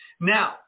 Now